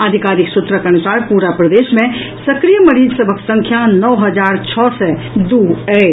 अधिकारिक सूत्रक अनुसार पूरा प्रदेश मे सक्रिय मरीज सभक संख्या नओ हजार छओ सय दू अछि